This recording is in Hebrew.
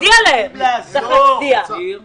ניר אורבך,